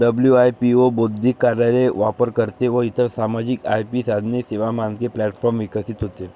WIPO बौद्धिक कार्यालय, वापरकर्ते व इतर सामायिक आय.पी साधने, सेवा, मानके प्लॅटफॉर्म विकसित होते